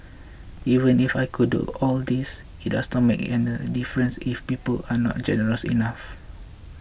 even if I could do all this it does not make a difference if people aren't generous enough